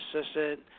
assistant